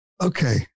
Okay